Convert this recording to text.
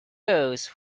those